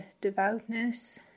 devoutness